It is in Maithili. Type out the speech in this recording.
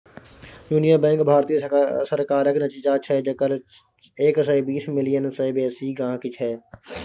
युनियन बैंक भारतीय सरकारक निच्चां छै जकर एक सय बीस मिलियन सय बेसी गांहिकी छै